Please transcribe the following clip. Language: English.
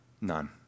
None